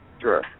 Sure